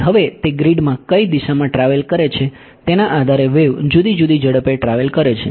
તેથી હવે તે ગ્રીડમાં કઈ દિશામાં ટ્રાવેલ કરે છે તેના આધારે વેવ જુદી જુદી ઝડપે ટ્રાવેલ કરે છે